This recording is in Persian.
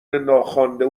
ناخوانده